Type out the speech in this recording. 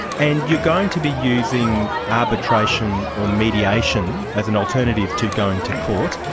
and you're going to be using arbitration or mediation as an alternative to going to court.